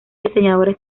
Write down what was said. diseñadores